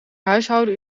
huishouden